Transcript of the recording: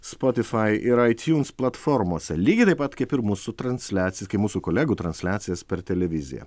spotifai ir ai tiuns platformose lygiai taip pat kaip ir mūsų transliacijas kaip mūsų kolegų transliacijas per televiziją